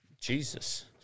Jesus